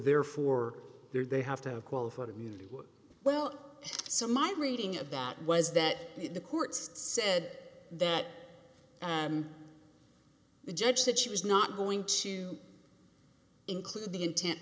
therefore they have to have qualified immunity well so my reading about was that the court said that the judge said she was not going to include the intent